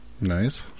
nice